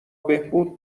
بهبود